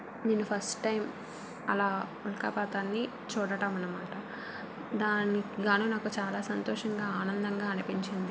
నేను first time అలా ఉల్కాపాతాన్నిచూడడం అన్నమాట దానికి కాను నాకు చాలా సంతోషంగా ఆనందంగా అనిపించింది